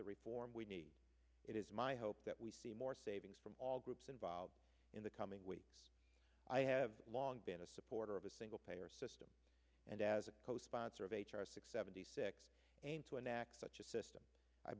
the reform we need it is my hope that we see more savings from all groups involved in the coming weeks i have long been a supporter of a single payer system and as a co sponsor of h r six seventy six and to enact such a system i